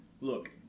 Look